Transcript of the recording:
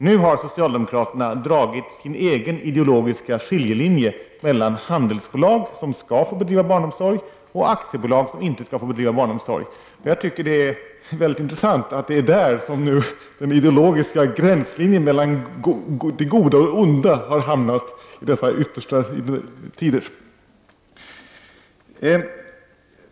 Nu har socialdemokraterna dragit sin egen ideologiska skiljelinje mellan handelsbolag som skall få bedriva barnomsorg och aktiebolag som inte skall få bedriva barnomsorg. Det är intressant att det är där som den ideologiska gränslinjen mellan det goda och det onda har hamnat i dessa yttersta tider.